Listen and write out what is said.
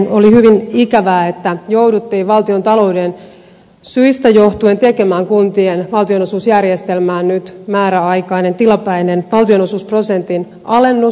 oli hyvin ikävää että jouduttiin valtiontalouden syistä johtuen tekemään kuntien valtionosuusjärjestelmään nyt määräaikainen tilapäinen valtionosuusprosentin alennus